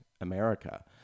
America